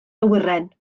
awyren